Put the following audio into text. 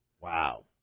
Wow